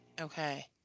Okay